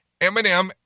Eminem